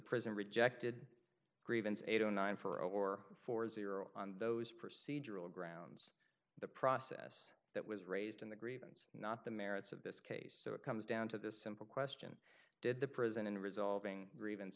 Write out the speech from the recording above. president rejected grievance eight o nine for or for zero on those procedural grounds the process that was raised in the grievance not the merits of this case so it comes down to this simple question did the prison in resolving grievance